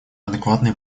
адекватные